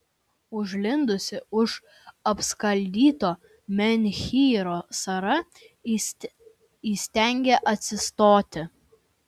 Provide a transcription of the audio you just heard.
užlindusi už apskaldyto menhyro sara įstengė atsistoti